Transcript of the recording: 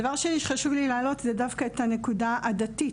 דבר שני שחשוב לי להעלות זה דווקא את הנקודה הדתית,